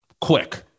Quick